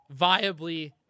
viably